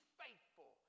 faithful